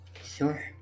Sure